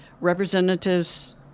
representatives